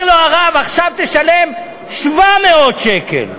300 שקל.